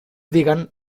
digan